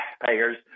taxpayers